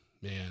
man